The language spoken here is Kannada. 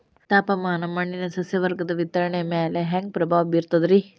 ತಾಪಮಾನ ಮಣ್ಣಿನ ಸಸ್ಯವರ್ಗದ ವಿತರಣೆಯ ಮ್ಯಾಲ ಹ್ಯಾಂಗ ಪ್ರಭಾವ ಬೇರ್ತದ್ರಿ?